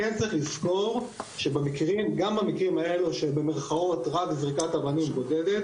כן צריך לזכור שבמקרים גם במקרים האלו שבמירכאות רק זריקת אבנים בודדת,